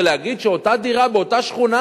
ולהגיד שאותה דירה באותה שכונה,